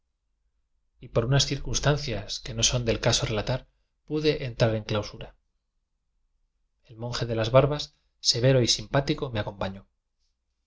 por unas circunstancias que no son del caso relatar pude entrar en clausura el monje de las barbas severo y simpáti co me